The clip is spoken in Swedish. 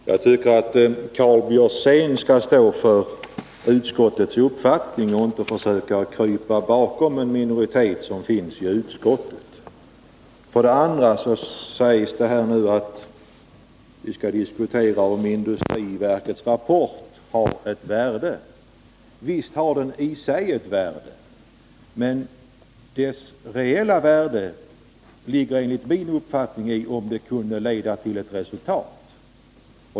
Fru talman! Jag tycker för det första att Karl Björzén skall stå för utskottets uppfattning och inte försöka krypa bakom en minoritet som finns i utskottet. För det andra sägs det att vi skall diskutera om industriverkets rapport har ett värde. Visst har den i sig ett värde, men dess reella värde ligger enligt min uppfattning i om den kan leda till ett resultat.